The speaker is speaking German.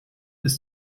ist